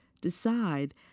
decide